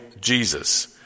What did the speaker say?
Jesus